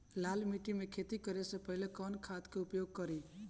लाल माटी में खेती करे से पहिले कवन खाद के उपयोग करीं?